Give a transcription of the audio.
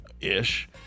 ish